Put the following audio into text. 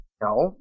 No